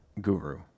guru